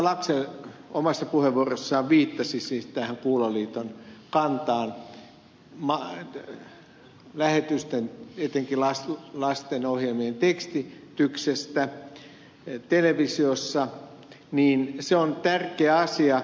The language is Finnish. laxell omassa puheenvuorossaan viittasi siis kuuloliiton kantaan lähetysten etenkin lastenohjelmien tekstityksestä televisiossa on tärkeä asia